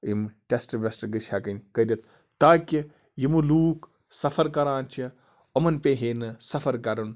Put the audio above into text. یِم ٹٮ۪سٹ وٮ۪سٹہٕ گٔژھۍ ہٮ۪کٕنۍ کٔدِتھ تاکہِ یِمہٕ لوٗک سَفَر کَران چھِ یِمَن پے ہے نہٕ سَفَر کَرُن